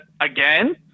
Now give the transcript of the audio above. again